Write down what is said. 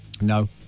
No